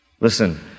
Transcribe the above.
Listen